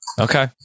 Okay